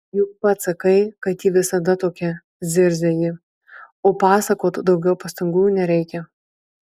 juk pats sakai kad ji visada tokia zirzia ji o pasakot daug pastangų nereikia